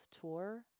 tour